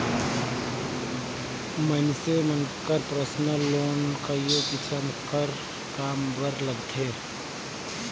मइनसे मन personal loan कइयो किसिम कर काम बर लेथें